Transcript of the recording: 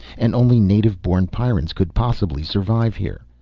and only native-born pyrrans could possibly survive here.